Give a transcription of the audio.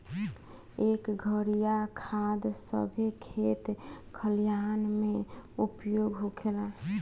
एह घरिया खाद सभे खेत खलिहान मे उपयोग होखेला